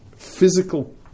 physical